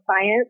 science